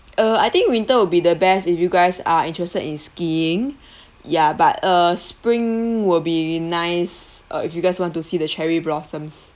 uh I think winter will be the best if you guys are interested in skiing ya but uh spring will be nice uh if you guys want to see the cherry blossoms